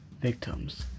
victims